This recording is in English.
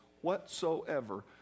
whatsoever